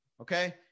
Okay